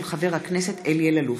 של חבר הכנסת אלי אלאלוף,